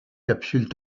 capsules